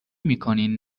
میکنین